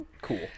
cool